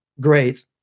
great